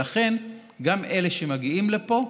לכן, גם אלה שמגיעים לפה,